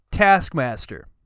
Taskmaster